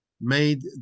made